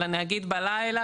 למשל בלילה,